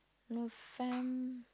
Novem~